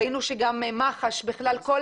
ראינו שגם מח"ש, בכלל כל